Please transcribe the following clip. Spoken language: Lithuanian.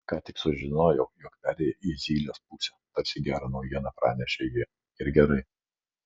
ką tik sužinojau jog perėjai į zylės pusę tarsi gerą naujieną pranešė ji ir gerai